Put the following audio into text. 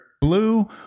Blue